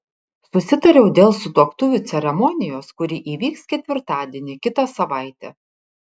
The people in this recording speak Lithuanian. susitariau dėl sutuoktuvių ceremonijos kuri įvyks ketvirtadienį kitą savaitę